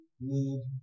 need